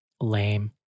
Lame